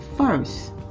First